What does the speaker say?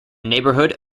neighbourhood